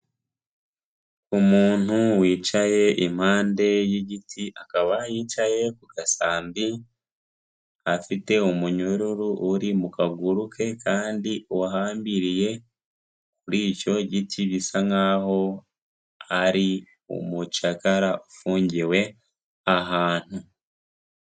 Umuntu wicaye impande y'igiti akaba yicaye ku gasambi, afite umunyururu uri mu kaguru ke kandi uhambiriye kuri icyo giti; bisa nkaho ari umucakara ufungiwe ahantu.